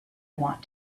want